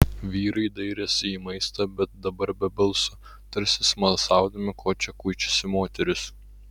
vyrai dairėsi į maistą bet dabar be balso tarsi smalsaudami ko čia kuičiasi moterys